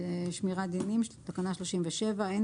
תקנה 36 אושרה פה-אחד.